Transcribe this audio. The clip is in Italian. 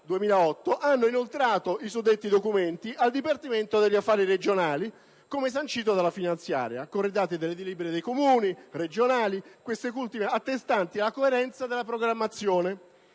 2008 hanno inoltrato i suddetti documenti al Dipartimento per gli affari regionali, come sancito dalla legge finanziaria, corredati dalle delibere dei Comuni e delle Regioni attestanti la coerenza della programmazione